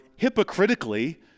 hypocritically